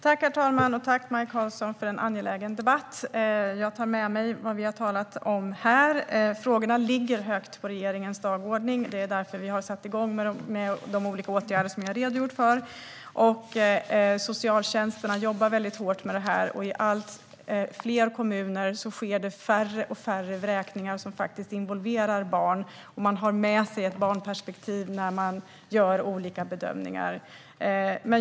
Herr talman! Tack, Maj Karlsson, för en angelägen debatt! Jag tar med mig vad vi har talat om här. Frågorna ligger högt på regeringens dagordning. Det är därför vi har satt igång med de olika åtgärder som jag har redogjort för. Socialtjänsterna jobbar hårt med det här, och i allt fler kommuner sker det färre vräkningar som faktiskt involverar barn. Man har med sig ett barnperspektiv när man gör olika bedömningar.